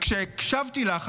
וכשהקשבתי לך,